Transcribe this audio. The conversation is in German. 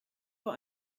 vor